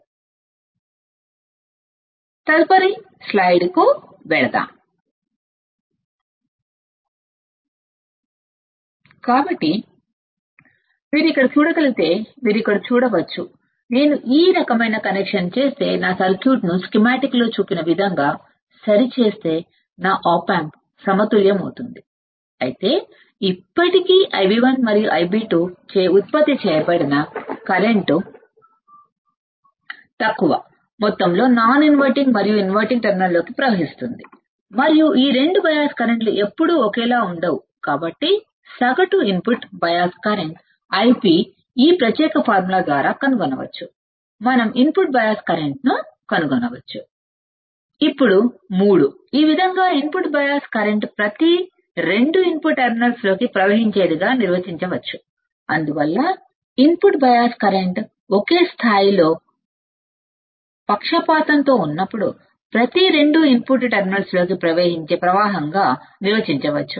ఇప్పుడు 3 ఈ విధంగా ఇన్పుట్ బయాస్ కరెంట్ ప్రతి 2 ఇన్పుట్ టెర్మినల్స్ లోకి ప్రవహించేదిగా నిర్వచించవచ్చు అందువల్ల ఇన్పుట్ బయాస్ కరెంట్ ప్రతి రెండు ఇన్పుట్ టెర్మినల్స్ లోకి ప్రవహించే కరెంట్ గా నిర్వచించవచ్చు ఎప్పుడు అవి ఒకే స్థాయిలో బయాస్ లో ఉన్నప్పుడు ఆప్ ఆంప్ సమతుల్యమైనప్పుడు అంతా సరే కాబట్టి మీరు ఇక్కడ చూడగలిగితే మీరు ఇక్కడ చూడవచ్చు నేను ఈ రకమైన కనెక్షన్ చేస్తే నా సర్క్యూట్ను స్కీమాటిక్లో చూపిన విధంగా కనెక్ట్ చేస్తే నా ఆప్ ఆంప్ సమతుల్యమవుతుంది అయితే ఇప్పటికీ Ib1 మరియు Ib2 చేత ఉత్పత్తి చేయబడిన కరెంట్ తక్కువ మొత్తంలో నాన్ ఇన్వర్టింగ్ మరియు ఇన్వర్టింగ్ టెర్మినల్ లోకి ప్రవహిస్తుంది మరియు ఈ రెండు బయాస్ కర్రెంట్లు ఎప్పుడూ ఒకేలా ఉండవు కాబట్టి సగటు ఇన్పుట్ బయాస్కరెంట్ Ib ఈ ప్రత్యేక సూత్రం ద్వారా కనుగొనవచ్చు మనం ఇన్పుట్ బయాస్ కరెంట్ ను కనుగొనవచ్చు